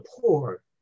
poor